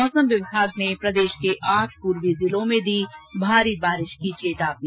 मौसम विभाग ने प्रदेश के आठ पूर्वी जिलों में दी भारी बारिश की चेतावनी